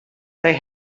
they